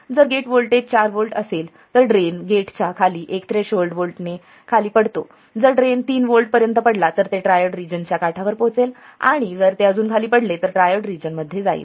जर gate voltage 4 volt असेल तर ड्रेन गेटच्या खाली एका थ्रेशोल्ड व्होल्टेजने खाली पडतो जर ड्रेन 3 व्होल्ट पर्यंत पडला तर ते ट्रायोड रिजन च्या काठावर पोहोचेल आणि जर ते अजून खाली पडले तर ते ट्रायोड रिजन मध्ये जाईल